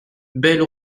belle